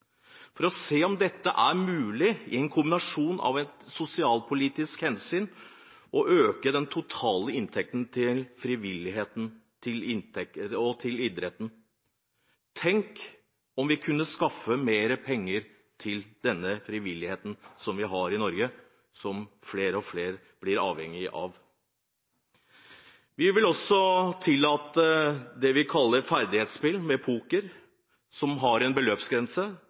for å se om det i en kombinasjon med et sosialpolitisk hensyn er mulig å øke den totale inntekten til frivilligheten og idretten. Tenk om vi kunne skaffe mer penger til frivilligheten som vi har i Norge, og som flere og flere blir avhengige av. Vi vil også tillate det vi kaller ferdighetsspill med poker, som har en beløpsgrense